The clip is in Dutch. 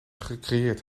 gecreëerd